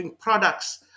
products